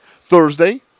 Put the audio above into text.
Thursday